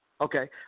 Okay